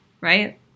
right